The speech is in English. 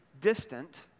distant